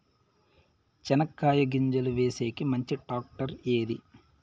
చెనక్కాయ గింజలు వేసేకి మంచి టాక్టర్ ఏది?